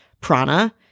prana